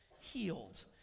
Healed